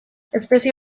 espezie